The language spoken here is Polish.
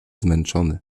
zmęczony